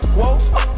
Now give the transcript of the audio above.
whoa